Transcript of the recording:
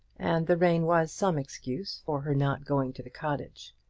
and the rain was some excuse for her not going to the cottage.